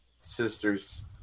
sister's